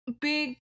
big